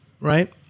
right